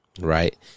Right